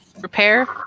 repair